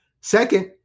Second